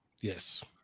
Yes